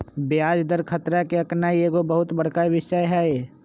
ब्याज दर खतरा के आकनाइ एगो बहुत बड़का विषय हइ